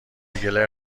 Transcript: گلر